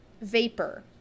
Vapor